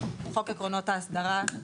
חוק עקרונות האסדרה,